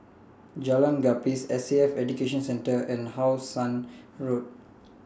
Jalan Gapis S A F Education Centre and How Sun Road